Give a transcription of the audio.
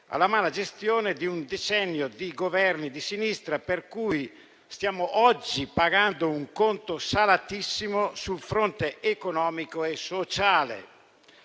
della mala gestione di un decennio di Governi di sinistra per cui stiamo oggi pagando un conto salatissimo sul fronte economico e sociale.